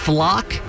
Flock